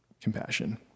compassion